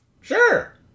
Sure